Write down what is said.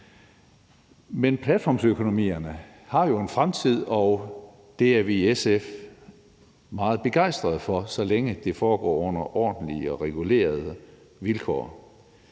Men platformsøkonomierne har jo en fremtid, og det er vi i SF meget begejstrede for, så længe det foregår på ordentlige og regulerede vilkår.